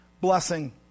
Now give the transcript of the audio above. blessing